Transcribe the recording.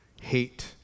hate